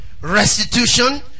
Restitution